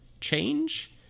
change